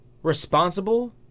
Responsible